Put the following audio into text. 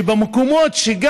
במקומות שיש